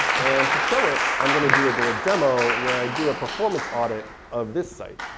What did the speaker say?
and to show it, i'm going to do a little demo where i do a performance audit of this site.